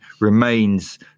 remains